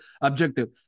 objective